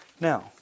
Now